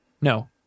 No